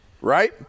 right